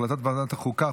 החלטת ועדת חוקה,